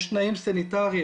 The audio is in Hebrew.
יש תנאים סניטריים.